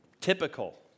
typical